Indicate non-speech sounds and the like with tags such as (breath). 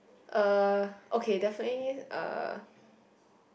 uh okay definitely uh (breath)